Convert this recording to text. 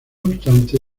obstante